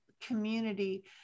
community